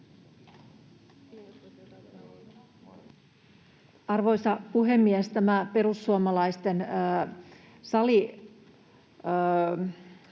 Arvoisa puhemies! Tämä perussuomalaisten